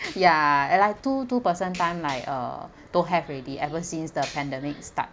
ya eh like two two person time like uh don't have already ever since the pandemic start